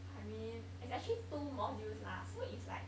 I mean is actually two modules lah so it's like